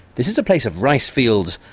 this is a place of rice fields,